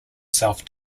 south